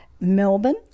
Melbourne